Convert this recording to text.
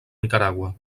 nicaragua